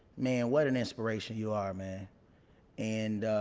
man what an inspiration you are man. and